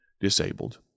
disabled